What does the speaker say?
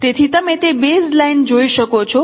તેથી તમે તે બેઝ લાઇન જોઈ શકો છો